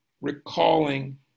recalling